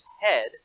head